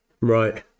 right